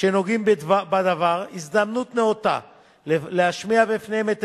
שנוגעים בדבר הזדמנות נאותה להשמיע בפניה את